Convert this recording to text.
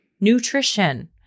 nutrition